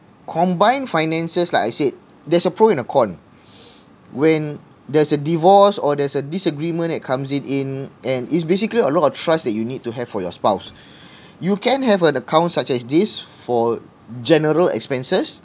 combined finances like I said there's a pro and a con when there's a divorce or there's a disagreement it comes it in and it's basically a lot of trust that you need to have for your spouse you can have an account such as these for general expenses